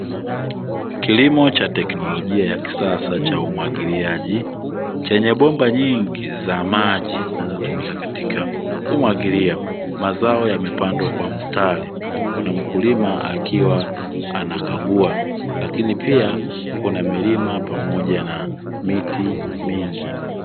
Kilimo cha teknolojia ya kisasa cha umwagiliaji, chenye bomba nyingi za maji zinazotumika katika kumwagilia. Mazao yamepandwa kwa mstari ,kuna mkulima akiwa anakagua lakini pia kuna milima pamoja na miti mingi.